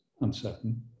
uncertain